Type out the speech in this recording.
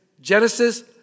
Genesis